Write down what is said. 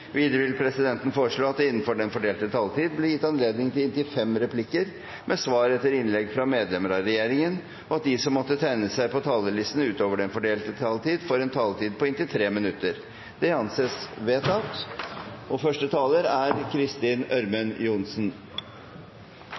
Videre vil presidenten foreslå at det blir gitt anledning til fem replikker med svar etter innlegg fra medlemmer av regjeringen innenfor den fordelte taletid, og at de som måtte tegne seg på talerlisten utover den fordelte taletid, får en taletid på inntil 3 minutter. – Det anses vedtatt.